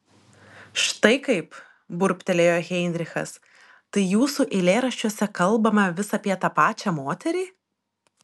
štai kaip burbtelėjo heinrichas tai jūsų eilėraščiuose kalbama vis apie tą pačią moterį